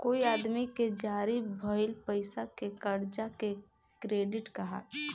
कोई आदमी के जारी भइल पईसा के कर्जा के क्रेडिट कहाला